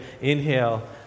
inhale